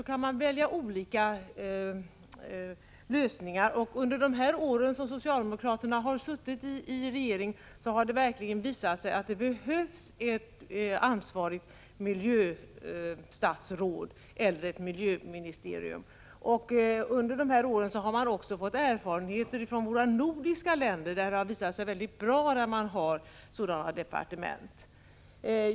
Man kan välja olika lösningar, men under de år som socialdemokraterna suttit i regeringen har det verkligen visat sig att det behövs ett ansvarigt miljöstatsråd eller ett miljödepartement. Under dessa år har man också fått erfarenhet från våra nordiska grannländer, där det visat sig vara bra att ha ett sådant departement.